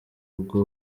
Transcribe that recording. ubwo